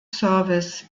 service